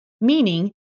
meaning